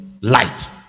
Light